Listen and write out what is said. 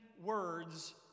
words